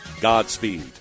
Godspeed